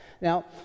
Now